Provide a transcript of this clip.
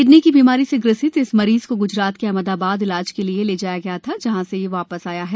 kidney की बीमारी से ग्रसित इस मरीज को ग्जरात के अहमदाबाद इलाज के लिए ले जाया गया था जहां से यह वापस आया है